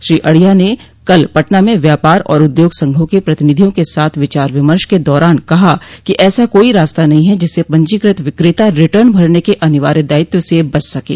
श्री अढ़िया ने कल पटना में व्यापार और उद्योग संघों के प्रतिनिधियों के साथ विचार विमर्श के दौरान कहा कि ऐसा कोई रास्ता नहीं है जिससे पंजीकृत विक्रेता रिटर्न भरने के अनिवार्य दायित्व से बच सकें